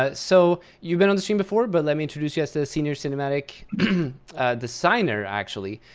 ah so you've been on the stream before, but let me introduce you as the senior cinematic designer actually.